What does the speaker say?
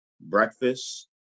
Breakfast